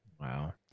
Wow